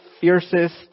fiercest